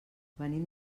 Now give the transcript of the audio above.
venim